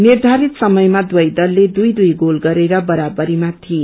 निर्वारित समयमा दुवै दलले दुईदुई गोल गरेर बराबरीमा थिए